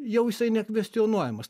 jau jisai nekvestionuojamas